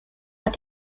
hat